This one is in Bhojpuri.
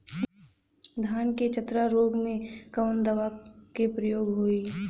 धान के चतरा रोग में कवन दवा के प्रयोग होई?